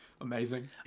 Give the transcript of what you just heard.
Amazing